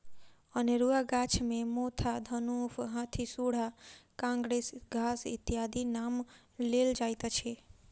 अनेरूआ गाछ मे मोथा, दनुफ, हाथीसुढ़ा, काँग्रेस घास इत्यादिक नाम लेल जाइत अछि